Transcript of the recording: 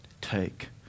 take